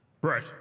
Brett